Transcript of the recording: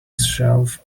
shelf